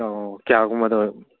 ꯑꯣ ꯀꯌꯥꯒꯨꯝꯕꯗ